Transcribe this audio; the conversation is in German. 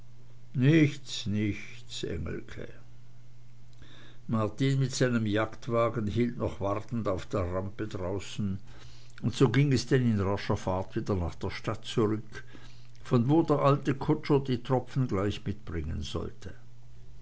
nichts nichts engelke martin mit seinem jagdwagen hielt noch wartend auf der rampe draußen und so ging es denn in rascher fahrt wieder nach der stadt zurück von wo der alte kutscher die tropfen gleich mitbringen sollte